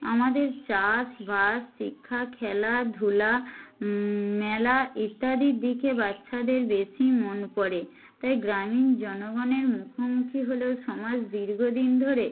আমাদের চাষবাস শিক্ষা খেলাধূলা মেলা ইত্যাদির দিকে বাচ্চাদের বেশি মন পড়ে তাই গ্রামীণ জনগণের মুখোমুখি হলেও সমাজ দীর্ঘদিন ধরে